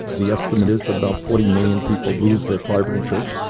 the estimate is that about forty million people lose their private insurance.